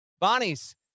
bonnie's